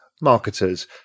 marketers